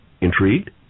Intrigued